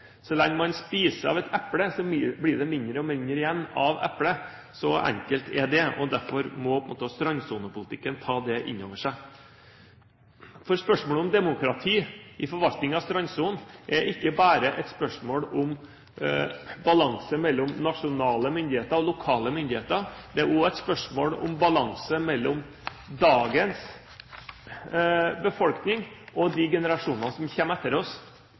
spiser av et eple, blir det mindre og mindre igjen av eplet. Så enkelt er det. Og derfor må på en måte strandsonepolitikken ta det inn over seg. For spørsmål om demokrati i forvaltningen av strandsonen er ikke bare et spørsmål om balanse mellom nasjonale myndigheter og lokale myndigheter. Det er også et spørsmål om balanse mellom dagens befolkning og de generasjonene som kommer etter oss.